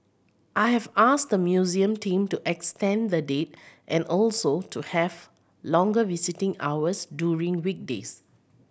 I have asked the museum team to extend the date and also to have longer visiting hours during weekdays